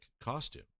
costume